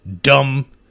dumb